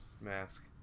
mask